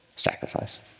Sacrifice